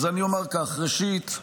אז אומר כך: ראשית,